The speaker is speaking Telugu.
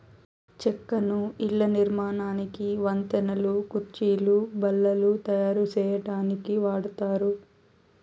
చెక్కను ఇళ్ళ నిర్మాణానికి, వంతెనలు, కుర్చీలు, బల్లలు తాయారు సేయటానికి వాడతారు